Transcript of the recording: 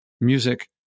music